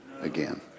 again